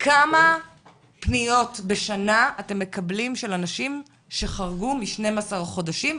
כמה פניות בשנה אתם מקבלים של אנשים שחרגו מ-12 חודשים,